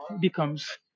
becomes